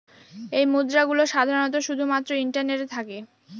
এই মুদ্রা গুলো সাধারনত শুধু মাত্র ইন্টারনেটে থাকে